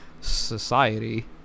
society